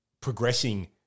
progressing